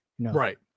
Right